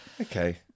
okay